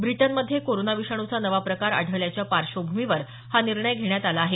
ब्रिटनमध्ये कोरोना विषाणूचा नवा प्रकार आढळल्याच्या पार्श्वभूमीवर हा निर्णय घेण्यात आला आहे